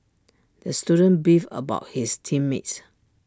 the student beefed about his team mates